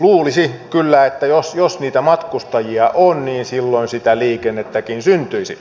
luulisi kyllä että jos niitä matkustajia on niin silloin sitä liikennettäkin syntyisi